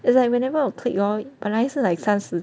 it's like whenever 我 click hor 本来是 like 三十的